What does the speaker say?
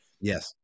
Yes